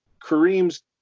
Kareem's